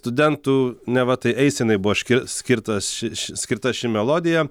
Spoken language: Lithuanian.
studentų neva tai eisenai buvo skirtas ši skirta ši melodija